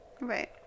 Right